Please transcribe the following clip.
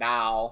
Now